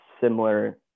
similar